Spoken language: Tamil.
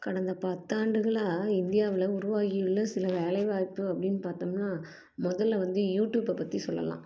கடந்த பத்தாண்டுகளாக இந்தியாவில் உருவாகியுள்ள சில வேலைவாய்ப்பு அப்படின்னு பார்த்தோம்னா முதல்ல வந்து யூட்யூபை பற்றி சொல்லலாம்